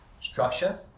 structure